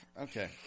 Okay